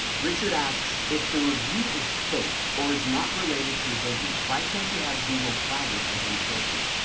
richard asks if the review is fake or is not related to your business, why can't you have google flag it as inappropriate?